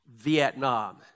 Vietnam